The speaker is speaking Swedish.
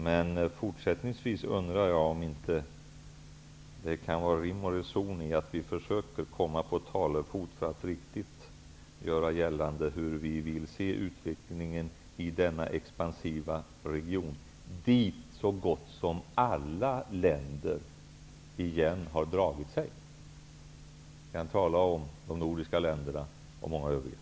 Men fortsättningsvis undrar jag om det inte kan vara rim och reson att vi försöker komma på talefot för att riktigt göra gällande hur vi vill se utvecklingen i denna expansiva region som så gott som alla länder igen har dragit sig till. Jag avser då de nordiska länderna bland många andra.